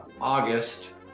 august